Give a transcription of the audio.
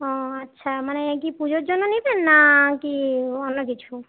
ও আচ্ছা মানে কি পুজোর জন্য নেবেন না কি অন্য কিছু